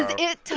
is. it